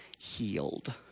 healed